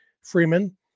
Freeman